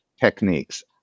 techniques